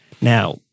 Now